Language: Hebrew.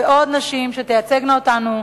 ועוד נשים שתייצגנה אותנו,